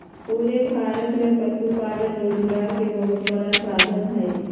पूरे भारत में पशुपालन रोजगार के बहुत बड़ा साधन हई